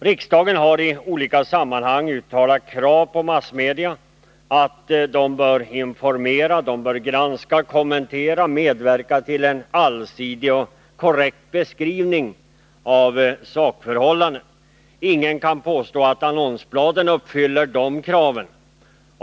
Riksdagen har i olika sammanhang uttalat krav på att massmedia bör informera, granska, kommentera och medverka till en allsidig och korrekt beskrivning av sakförhållanden. Ingen kan påstå att annonsbladen uppfyller de kraven.